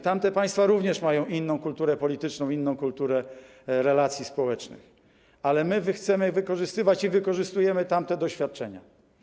Tamte państwa również mają inną kulturę polityczną, inną kulturę relacji społecznych, ale my chcemy wykorzystywać i wykorzystujemy tamte doświadczenia.